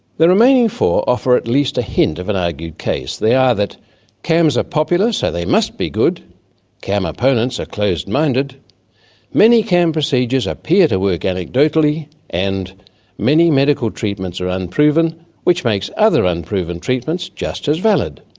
the remaining four offer at least a hint at an argued case. they are that cams are popular so they must be good cam opponents are closed-minded many cam procedures appear to work anecdotally and many medical treatments are unproven which makes other unproven treatments just as valid.